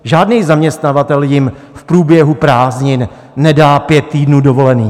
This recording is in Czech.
Žádný zaměstnavatel jim v průběhu prázdnin nedá pět týdnů dovolené.